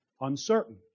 uncertain